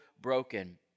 broken